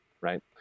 right